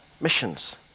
missions